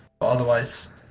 Otherwise